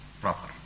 proper